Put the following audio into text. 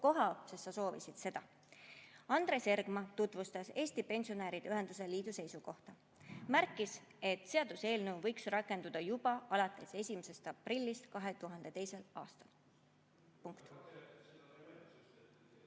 koha, sest sa soovisid seda. "Andres Ergma tutvustas Eesti Pensionäride Ühenduste Liidu seisukohta. Märkis, et seaduseelnõu võiks rakendada juba alates 1. aprillist 2022." (Urmas